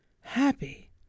Happy